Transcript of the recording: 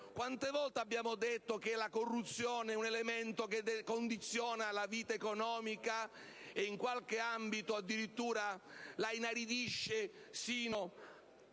Quante volte abbiamo detto che la corruzione è un elemento che condiziona la vita economica, e in qualche ambito, addirittura, la inaridisce nella